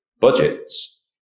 budgets